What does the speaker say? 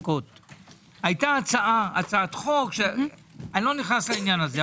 הייתה הצעת חוק אני לא נכנס לעניין הזה,